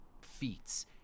feats